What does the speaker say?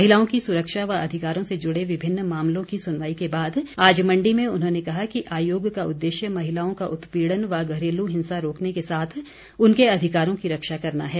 महिलाओं की सुरक्षा व अधिकारों से जुड़े विभिन्न मामलों की सुनवाई के बाद आज मण्डी में उन्होंने कहा कि आयोग का उद्देश्य महिलाओं का उत्पीड़न व घरेल् हिंसा रोकने के साथ उनके अधिकारों की रक्षा करना है